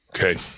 Okay